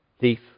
Thief